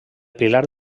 pilar